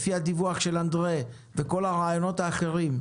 לפי הדיווח של אנדריי קוז'ינוב וכל הרעיונות האחרים,